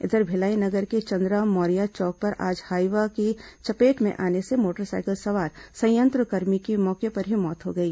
इधर भिलाई नगर के चंद्रा मौर्या चौक पर आज हाईवा की चपेट में आने से मोटरसाइकिल सवार संयंत्र कर्मी की मौके पर ही मौत हो गई